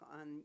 on